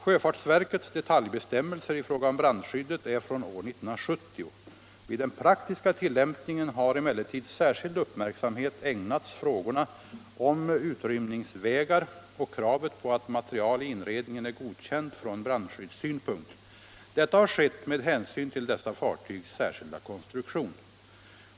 Sjöfartsverkets de 171 taljbestämmelser i fråga om brandskyddet är från år 1970. Vid den praktiska tillämpningen har emellertid särskild uppmärksamhet ägnats frågorna om utrymningsvägar och kravet på att material i inredningen är godkänt från brandskyddssynpunkt. Detta har skett med hänsyn till dessa fartygs särskilda konstruktion.